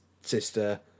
sister